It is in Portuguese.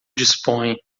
dispõe